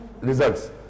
results